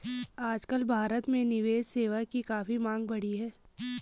आजकल भारत में निवेश सेवा की काफी मांग बढ़ी है